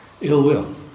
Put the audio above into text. ill-will